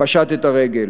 פשט את הרגל.